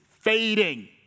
fading